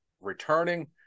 returning